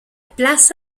place